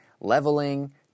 leveling